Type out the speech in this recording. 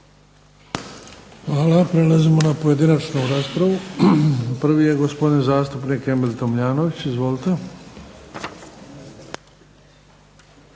Hvala. Prelazimo na pojedinačnu raspravu. Prvi je gospodin zastupnik Emil Tomljanović. Izvolite.